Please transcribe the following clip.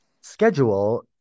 schedule